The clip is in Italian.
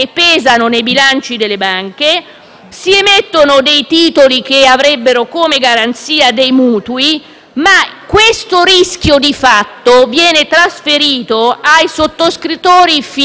si emettono titoli che avrebbero come garanzia dei mutui, ma il rischio viene trasferito ai sottoscrittori finali delle obbligazioni,